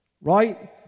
Right